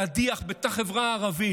להדיח את החברה הערבית,